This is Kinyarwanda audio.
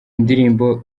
indirimbo